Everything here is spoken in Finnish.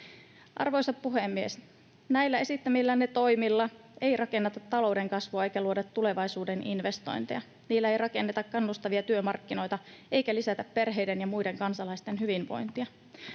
Arvoisa puhemies! Näillä esittämillänne toimilla ei rakenneta talouden kasvua eikä luoda tulevaisuuden investointeja. Niillä ei rakenneta kannustavia työmarkkinoita eikä lisätä perheiden ja muiden kansalaisten hyvinvointia.